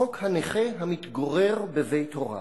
חוק הנכה המתגורר בבית הוריו.